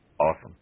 Awesome